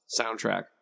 soundtrack